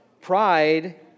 Pride